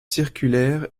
circulaire